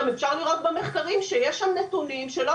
אפשר גם לראות במחקרים שיש שם נתונים שלא